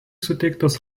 suteiktas